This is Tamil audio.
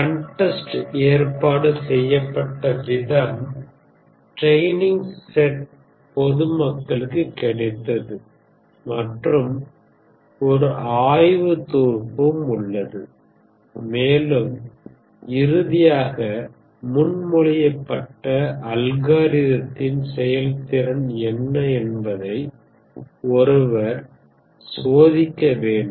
கண்டெஸ்ட் ஏற்பாடு செய்யப்பட்ட விதம் ட்ரைனிங் செட் பொதுமக்களுக்குக் கிடைத்தது மற்றும் ஒரு ஆய்வுத் தொகுப்பும் உள்ளது மேலும் இறுதியாக முன்மொழியப்பட்ட அல்காரிதத்தின் செயல்திறன் என்ன என்பதை ஒருவர் சோதிக்க வேண்டும்